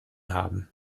haben